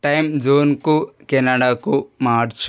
time జోన్కు కెనడాకు మార్చు